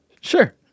Sure